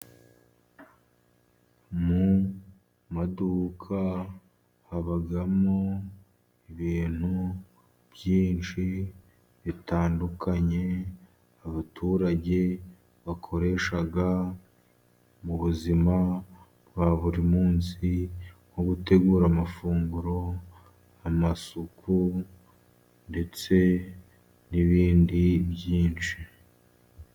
Mu maduka habamo ibintu byinshi bitandukanye, abaturage bakoresha mu buzima bwa buri munsi mu gutegura amafunguro, amasuku ndetse n'ibindi byinshi.